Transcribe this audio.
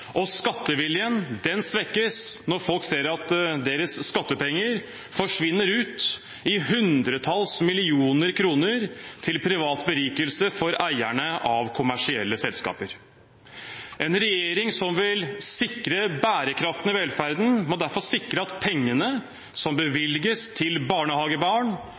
og skatteviljen svekkes når folk ser at deres skattepenger forsvinner ut i hundretalls millioner kroner til privat berikelse for eierne av kommersielle selskaper. En regjering som vil sikre bærekraften i velferden, må derfor sikre at pengene som bevilges til barnehagebarn